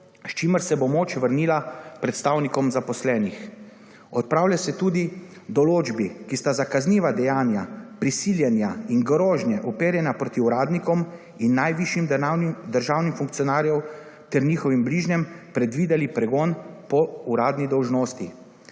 s čimer se bo moč vrnila predstavnikom zaposlenih. Odpravlja se tudi določbi, ki sta za kazniva dejanja prisiljenja in grožnje uperjena proti uradnikom in najvišjim državnim funkcionarjev ter njihovim bližnjim predvideli pregon po uradni dolžnosti.